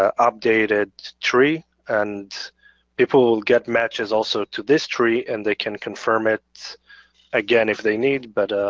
ah updated tree. and people will get matches also to this tree and they can confirm it again if they need. but,